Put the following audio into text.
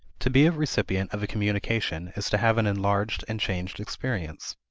to be a recipient of a communication is to have an enlarged and changed experience.